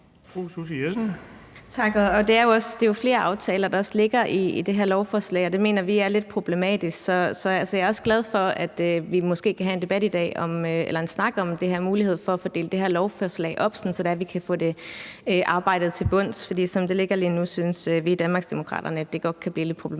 jo flere aftaler, der ligger i det her lovforslag, og det mener vi er lidt problematisk. Så jeg er glad for, at vi i dag kan have en snak om muligheden for at få delt det her lovforslag op, sådan at vi kan komme til bunds i arbejdet med det. For som det ligger lige nu, synes vi i Danmarksdemokraterne, at det godt kan blive lidt problematisk,